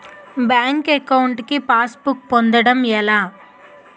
Bank account కి passbook పొందడం ఎలా?